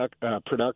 production